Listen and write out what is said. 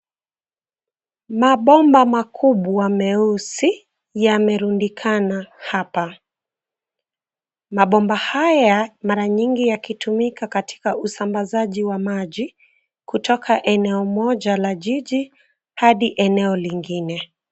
Mabomba makubwa meupe meusi yamerundikana hapa. Mabomba haya mara nyingi yakitumika katika usambazaji wa maji kutoka eneo moja la jiji hadi eneo lingine.